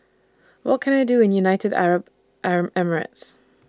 What Can I Do in United Arab Arab Emirates